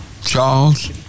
Charles